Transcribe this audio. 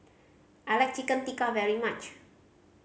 I like Chicken Tikka very much